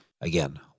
Again